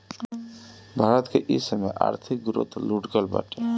भारत के इ समय आर्थिक ग्रोथ लुढ़कल बाटे